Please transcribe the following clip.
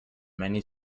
many